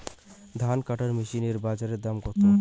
ধান কাটার মেশিন এর বাজারে দাম কতো?